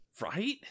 right